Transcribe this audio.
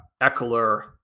Eckler